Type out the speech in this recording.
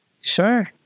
Sure